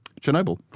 Chernobyl